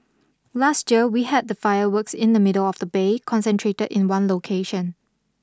last year we had the fireworks in the middle of the Bay concentrated in one location